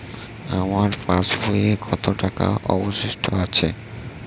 আমার পাশ বইয়ে কতো টাকা অবশিষ্ট আছে?